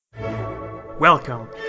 Welcome